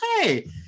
hey